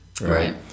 right